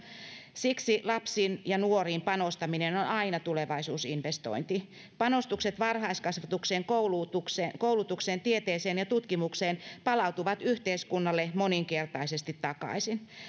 siksi lapsiin ja nuoriin panostaminen on aina tulevaisuusinvestointi panostukset varhaiskasvatukseen koulutukseen koulutukseen tieteeseen ja tutkimukseen palautuvat yhteiskunnalle moninkertaisesti takaisin